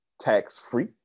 tax-free